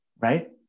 Right